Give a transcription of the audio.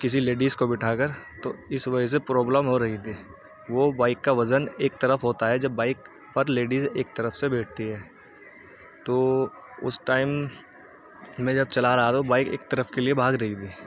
کسی لیڈیز کو بٹھا کر تو اس وجہ سے پرابلم ہو رہی تے وہ بائک کا وزن ایک طرف ہوتا ہے جب بائک پر لیڈیز ایک طرف سے بیٹھتی ہے تو اس ٹائم میں جب چلا رہا تھا تو بائک ایک طرف کے لیے بھاگ رہی تھی